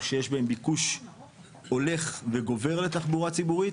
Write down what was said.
שיש בהם ביקוש הולך וגובר לתחבורה ציבורית,